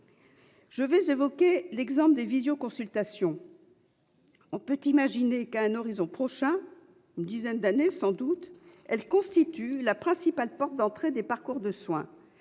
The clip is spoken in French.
j'évoquerai les visio-consultations. On peut imaginer qu'à un horizon prochain, dans une dizaine d'années sans doute, elles constituent la principale porte d'entrée des parcours de soins.